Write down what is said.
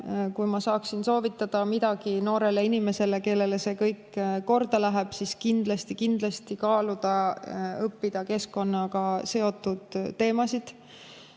Kui ma saaksin soovitada midagi noorele inimesele, kellele see kõik korda läheb, siis kindlasti soovitaksin kaaluda õppimist keskkonnaga seotud [erialadel].